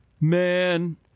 Man